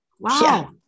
wow